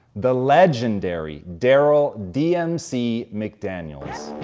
the legendary darryl dmc mcdaniels.